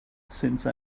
since